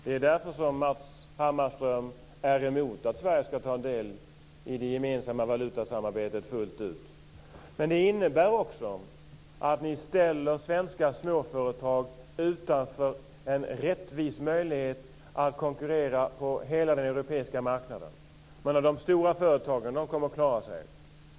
Det är därför Matz Hammarström är emot att Sverige ska ta del i det gemensamma valutasamarbetet fullt ut. Detta innebär också att ni ställer svenska småföretag utanför en rättvis möjlighet att konkurrera på hela den europeiska marknaden. Alla de stora företagen kommer att klara sig.